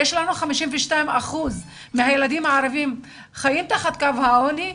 52% מהילדים הערבים חיים תחת קו העוני,